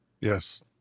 Yes